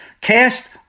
Cast